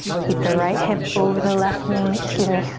keep the right hip over the left knee. excuse me,